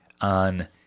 on